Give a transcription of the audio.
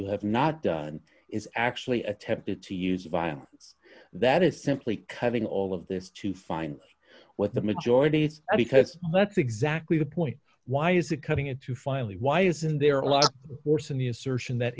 you have not done is actually attempted to use violence that is simply covering all of this to find what the majority is because that's exactly the point why is it coming into finally why isn't there a lot worse in the assertion that